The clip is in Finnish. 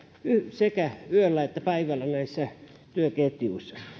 sekä yöllä että päivällä näissä työketjuissa siinä